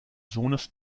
sohnes